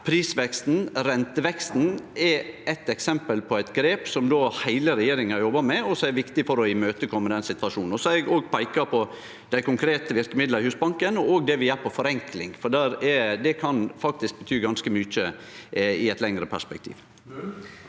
pris- og renteveksten er eit eksempel på eit grep som heile regjeringa jobbar med, og som er viktig for å imøtekome den situasjonen. Så har eg òg peika på dei konkrete verkemidla i Husbanken og det vi gjer på forenkling, for det kan faktisk bety ganske mykje i eit lengre perspektiv.